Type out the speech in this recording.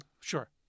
Sure